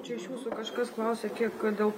čia iš visų kažkas klausė kiek dėl